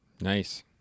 Nice